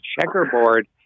checkerboard